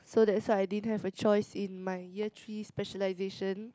so that's why I didn't have a choice in my year three specialisation